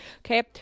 Okay